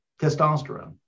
testosterone